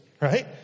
right